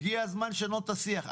הגיע הזמן לשנות את השיח.